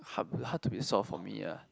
hard hard to be solve for me ah